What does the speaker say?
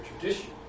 tradition